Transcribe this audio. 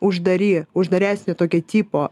uždari uždaresnio tokio tipo